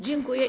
Dziękuję.